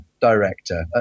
director